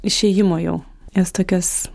išėjimo jau jos tokios